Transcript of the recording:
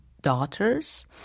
daughters